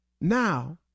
Now